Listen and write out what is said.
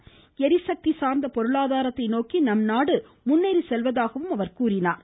ளிசக்தி சார்ந்த பொருளாதாரத்தை நோக்கி நம்நாடு முன்னேறிச் செல்வதாகவும் அவர் கூறினார்